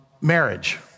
marriage